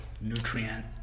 nutrient